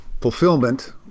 fulfillment